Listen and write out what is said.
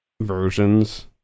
versions